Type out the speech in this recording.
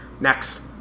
Next